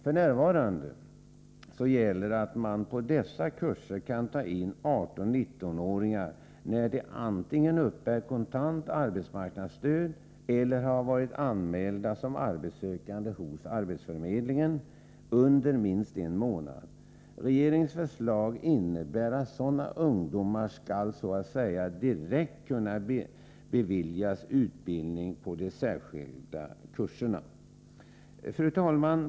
F. n. gäller att man på dessa kurser kan ta in 18-19-åringar när de antingen uppbär kontant arbetsmarknadsstöd eller har varit anmälda som arbetssökande hos arbetsförmedlingen under minst en månad. Regeringens förslag innebär att sådana ungdomar skall så att säga direkt kunna beviljas utbildning på de särskilda kurserna. Fru talman!